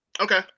Okay